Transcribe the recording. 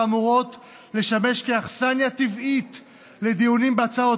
האמורות לשמש כאכסניה טבעית לדיונים בהצעות